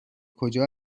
کجا